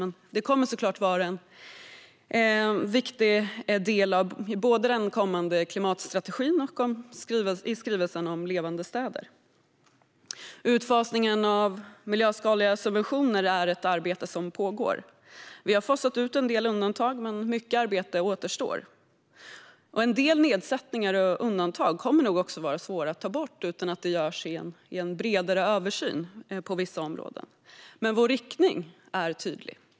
Men det kommer såklart att vara en viktig del både i den kommande klimatstrategin och i skrivelsen om levande städer. Utfasningen av miljöskadliga subventioner är ett arbete som pågår. Vi har fasat ut en del undantag, men mycket arbete återstår. En del nedsättningar och undantag kommer nog att vara svåra att ta bort utan att det görs en bredare översyn på vissa områden. Men vår riktning är tydlig.